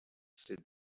said